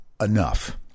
enough